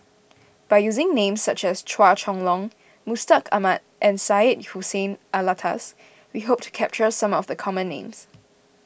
by using names such as Chua Chong Long Mustaq Ahmad and Syed Hussein Alatas we hope to capture some of the common names